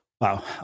Wow